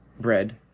bread